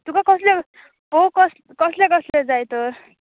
तुका कसले ह फोग कस कसले कसले जाय तर